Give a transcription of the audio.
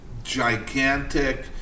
gigantic